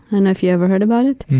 and if you ever heard about it?